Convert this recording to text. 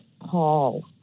Paul